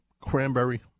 cranberry